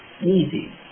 easy